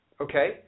Okay